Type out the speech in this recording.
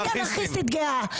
אני אנרכיסטית גאה.